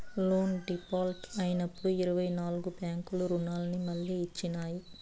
loan default అయినప్పుడు ఇరవై నాల్గు బ్యాంకులు రుణాన్ని మళ్లీ ఇచ్చినాయి